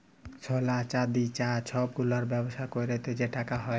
সলা, চাল্দি, চাঁ ছব গুলার ব্যবসা ক্যইরে যে টাকা হ্যয়